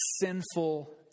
sinful